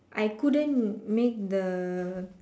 I couldn't make the